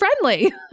friendly